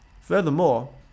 Furthermore